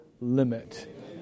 limit